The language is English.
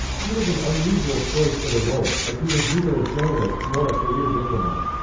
he was an unusual choice for the role, as he was neither a journalist nor a career diplomat.